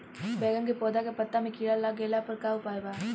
बैगन के पौधा के पत्ता मे कीड़ा लाग गैला पर का उपाय बा?